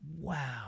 Wow